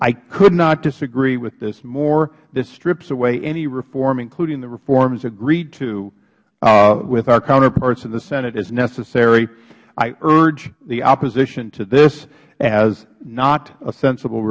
i could not disagree with this more this strips away any reform including the reforms agreed to with our counterparts in the senate as necessary i urge the opposition to this as not a sensible